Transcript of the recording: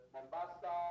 Mombasa